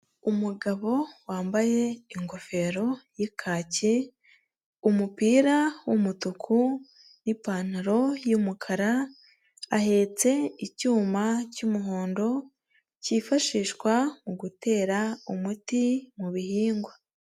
Umugabo wambaye ingofero y'ikaki, umupira w'umutuku n'ipantaro y'umukara, ahetse icyuma cy'umuhondo, cyifashishwa mu gutera umuti mu bihingwa.